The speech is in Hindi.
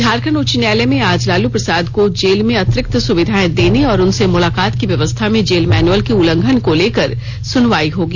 झारखंड उच्च न्यायालय में आज लालू प्रसाद को जेल में अतिरिक्त सुविधाएं देने और उनसे मुलाकात की व्यवस्था में जेल मैनुअल के उल्लंघन को लेकर सुनवाई होगी